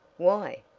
why?